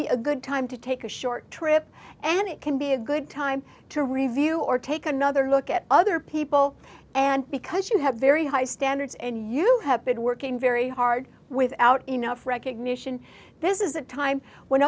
be a good time to take a short trip and it can be a good time to review or take another look at other people and because you have very high standards and you have been working very hard without enough recognition this is a time when